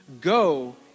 Go